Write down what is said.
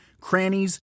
crannies